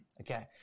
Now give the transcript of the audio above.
Okay